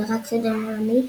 אלא רק חידון עולמי,